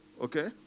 okay